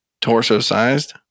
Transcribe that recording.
torso-sized